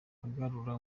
agarura